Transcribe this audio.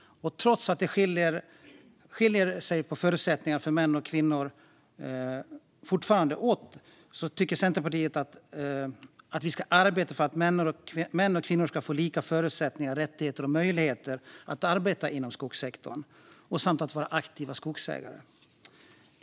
Trots det skiljer sig förutsättningarna för män och kvinnor fortfarande åt. Centerpartiet arbetar därför för att män och kvinnor ska ha lika förutsättningar, rättigheter och möjligheter att arbeta inom skogsbrukssektorn och vara aktiva skogsägare.